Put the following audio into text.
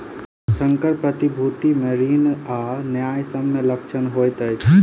संकर प्रतिभूति मे ऋण आ न्यायसम्य लक्षण होइत अछि